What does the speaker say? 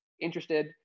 interested